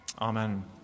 Amen